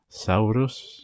Saurus